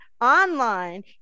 online